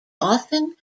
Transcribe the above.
often